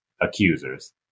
accusers